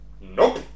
Nope